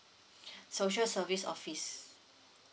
social service office